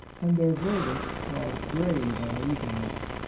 and their verdict caused grave uneasiness.